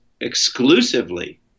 exclusively